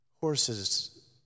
horses